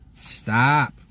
Stop